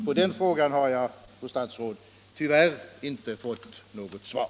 På den frågan har jag, fru statsråd, tyvärr inte fått något svar.